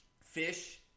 fish